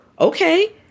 okay